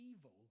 evil